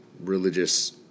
religious